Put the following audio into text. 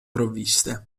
provviste